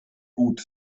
gut